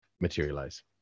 materialize